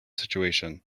situation